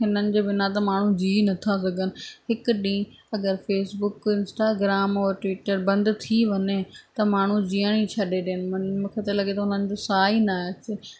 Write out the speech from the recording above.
हिननि जे बिना त माण्हू जी नथा सघनि हिकु ॾींहुं अगरि फ़ेसबुक इंस्टाग्राम और ट्विटर बंदि थी वञे त माण्हू जीअण ई छॾे ॾियनि मूंखे त लॻे थो उन्हनि जो साह ई न अचे